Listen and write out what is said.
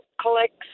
collects